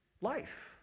life